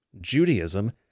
Judaism